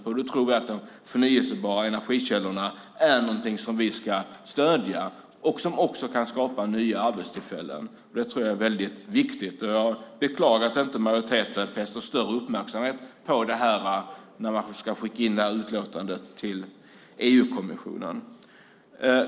Vi tror att de förnybara energikällorna är någonting som vi ska stödja och som kan skapa nya arbetstillfällen. Det är väldigt viktigt. Jag beklagar att majoriteten inte fäster större uppmärksamhet på det när man ska skicka detta utlåtande till EU-kommissionen.